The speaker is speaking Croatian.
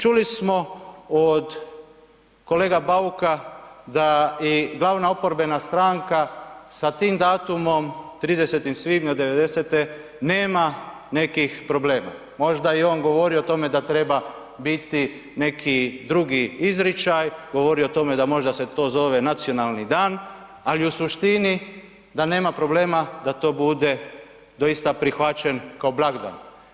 Čuli smo od kolega Bauka da i glavna oporbena stranka sa tim datumom 30. svibnja '90. nema nekih problema, možda i on govori o tome da treba biti neki drugi izričaj, govori o tome da možda se to zove nacionalni dan, ali u suštini da nema problema da to bude doista prihvaćen kao blagdan.